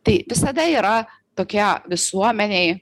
tai visada yra tokie visuomenėj